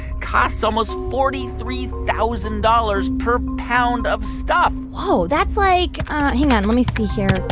costs almost forty three thousand dollars per pound of stuff whoa, that's like hang on, let me see here.